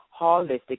holistic